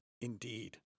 indeed